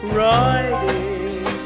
riding